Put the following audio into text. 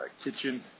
kitchen